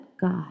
God